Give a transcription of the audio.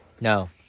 no